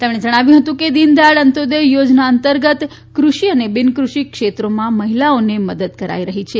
તેમણે જણાવ્યું હતું કે દીન દયાળ અંત્યોદય યોજના અંતર્ગત ક્રષિ અને બિનક્રષિ ક્ષેત્રોમાં મહિલાઓને મદદ કરાઈ કરી છે